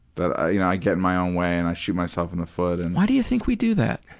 that i you know i get in my own way and i shoot myself in the foot. and why do you think we do that?